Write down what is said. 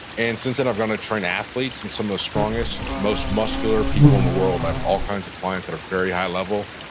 and since then, i've gone and trained athletes and some of the strongest, most muscular people in the world. i've all kinds of clients at a very high level.